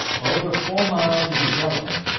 over four miles in development,